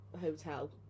hotel